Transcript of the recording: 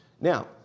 Now